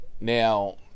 Now